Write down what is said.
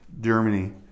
Germany